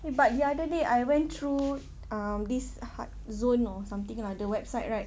eh but the other day I went through um this hard zone or something lah the website right